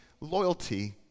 loyalty